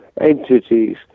entities